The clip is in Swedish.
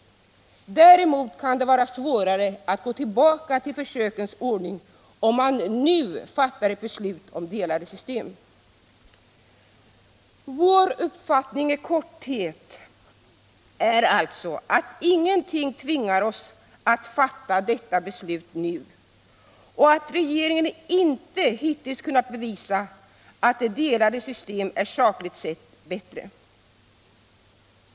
Däremot kan det vara svårare att gå tillbaka till försökens ordning om man nu fattar ett beslut om delade system. Vår uppfattning är alltså i korthet att ingenting tvingar oss att fatta detta beslut nu och att regeringen inte hittills kunnat bevisa att delade system är sakligt sett bättre.